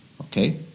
Okay